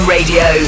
Radio